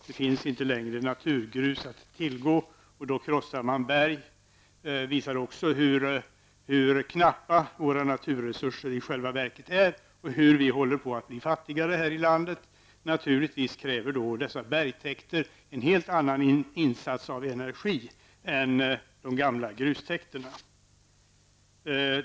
Det finns inte längre naturgrus att tillgå, och då krossar man berg. Detta visar också hur knappa våra naturresurser i själva verket är och hur vi håller på att bli fattigare här i landet. Dessa bergtäkter kräver naturligtvis en helt annan insats av energi än de gamla grustäkterna.